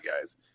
guys